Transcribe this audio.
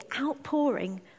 outpouring